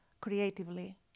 creatively